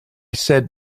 said